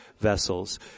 vessels